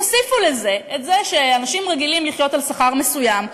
תוסיפו לזה שאנשים רגילים לחיות על שכר מסוים,